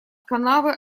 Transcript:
канавы